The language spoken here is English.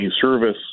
service